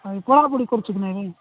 ହଏ ପଢ଼ାପଢ଼ି କରୁଛୁ କି ନାଇଁ ଭାଇ